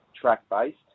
track-based